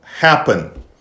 happen